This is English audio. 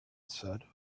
said